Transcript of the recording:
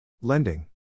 Lending